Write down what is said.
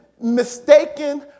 mistaken